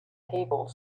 table